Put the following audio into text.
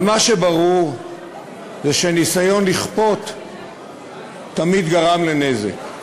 אבל מה שברור זה שניסיון לכפות תמיד גרם לנזק,